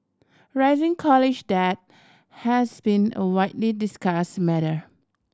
rising college debt has been a widely discuss matter